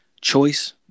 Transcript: choice